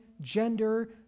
gender